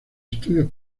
estudios